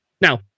Now